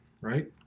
right